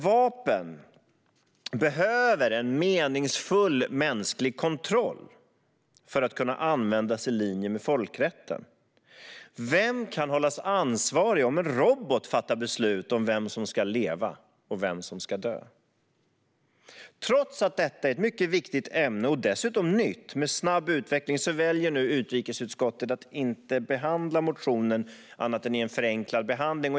Vapen behöver en meningsfull mänsklig kontroll för att kunna användas i linje med folkrätten. Vem kan hållas ansvarig om en robot fattar beslut om vem som ska leva och vem som ska dö? Trots att detta är ett mycket viktigt ämne, och dessutom nytt, med snabb utveckling väljer utrikesutskottet att inte behandla motionen annat än i en förenklad behandling.